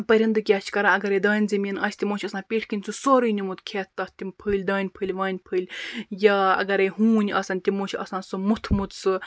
پرندٕ کیاہ چھِ کَران اَگَر دانہِ زمیٖن آسہِ تِمو چھِ آسان پیٚٹھۍ کِن سُہ سوروٚے نیُمُت کھیٚتھ تَتھ تِم پھٕلۍ دانہِ پھٕلۍ وانہِ پھٕلۍ یا اَگر ہوٗنۍ آسَن تِمو چھُ آسان سُہ موٚتھمُت سُہ